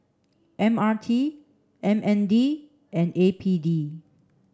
M R T M N D and A P D